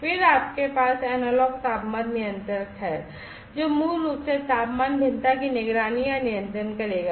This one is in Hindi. फिर आपके पास एनालॉग तापमान नियंत्रक है जो मूल रूप से तापमान भिन्नता की निगरानी या नियंत्रण करेगा